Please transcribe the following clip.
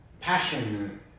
passion